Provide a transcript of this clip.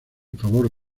favor